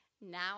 Now